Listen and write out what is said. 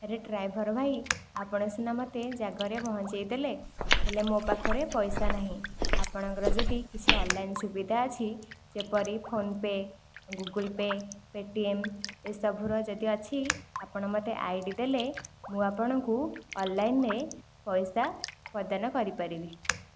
ଆରେ ଡ୍ରାଇଭର ଭାଇ ଆପଣ ସିନା ମୋତେ ଯାଗାରେ ପହଞ୍ଚାଇ ଦେଲେ ହେଲେ ମୋ ପାଖରେ ପଇସା ନାହିଁ ଆପଣଙ୍କର ଯଦି କିଛି ଅନ୍ଲାଇନ୍ ସୁବିଧା ଅଛି ଯେପରି phone pay Google pay Paytm ଏସବୁର ଯଦି ଅଛି ଆପଣ ମୋତେ ଆଇଡି ଦେଲେ ମୁଁ ଆପଣଙ୍କୁ ଅନ୍ଲାଇନ୍ରେ ପଇସା ପ୍ରଦାନ କରିପାରିବି